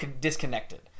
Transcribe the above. disconnected